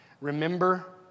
Remember